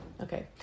Okay